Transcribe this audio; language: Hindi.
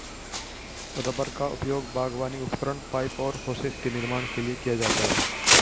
रबर का उपयोग बागवानी उपकरण, पाइप और होसेस के निर्माण के लिए किया जाता है